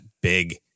big